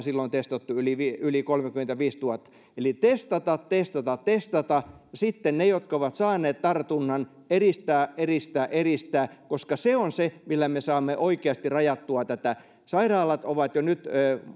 silloin testattu yli kolmekymmentäviisituhatta eli testata testata testata ja sitten ne jotka ovat saaneet tartunnan eristää eristää eristää koska se on se millä me saamme oikeasti rajattua tätä sairaalat ovat jo nyt